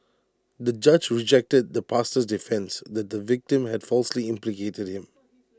the judge rejected the pastor's defence that the victim had falsely implicated him